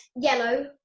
yellow